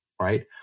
right